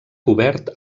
cobert